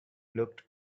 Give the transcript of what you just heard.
looked